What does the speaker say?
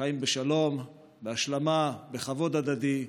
שחיים בשלום, בהשלמה, בכבוד הדדי.